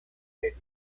made